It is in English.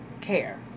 care